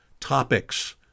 topics